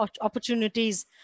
opportunities